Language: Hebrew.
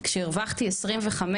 / כשהרווחתי 25,